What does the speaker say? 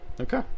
Okay